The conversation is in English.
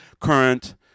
current